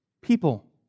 people